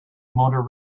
motor